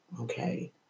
okay